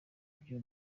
buryo